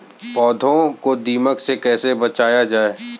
पौधों को दीमक से कैसे बचाया जाय?